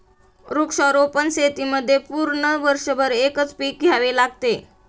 वृक्षारोपण शेतीमध्ये पूर्ण वर्षभर एकच पीक घ्यावे लागते